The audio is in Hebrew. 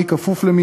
מי כפוף למי,